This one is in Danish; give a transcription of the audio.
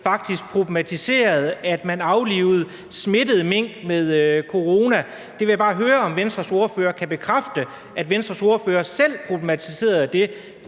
siden problematiserede, at man aflivede mink smittet med corona. Det vil jeg bare høre om Venstres ordfører kan bekræfte, altså at Venstres ordfører selv problematiserede det